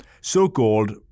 So-called